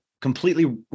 completely